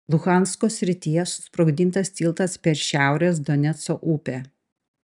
luhansko srityje susprogdintas tiltas per šiaurės doneco upę